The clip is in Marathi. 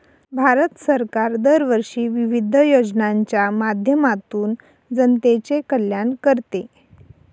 भारत सरकार दरवर्षी विविध योजनांच्या माध्यमातून जनतेचे कल्याण करते